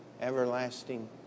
everlasting